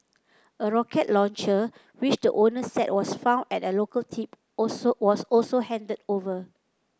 a rocket launcher which the owner said was found at a local tip also was also handed over